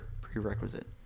prerequisite